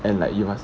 and like you must